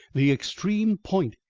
the extreme point,